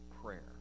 prayer